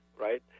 right